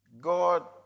God